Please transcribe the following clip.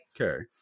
Okay